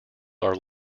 are